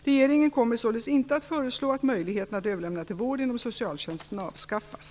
Regeringen kommer således inte att föreslå att möjligheten att överlämna till vård inom socialtjänsten avskaffas.